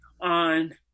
on